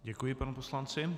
Děkuji panu poslanci.